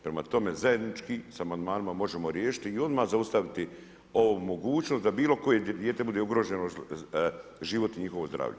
Prema tome zajednički sa amandmanima možemo riješiti i odmah zaustaviti ovu mogućnost da bilo koje dijete bude ugroženo život i njihovo zdravlje.